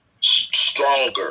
stronger